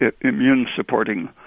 immune-supporting